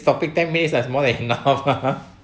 topic ten minutes are more than enough